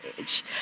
age